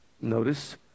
Notice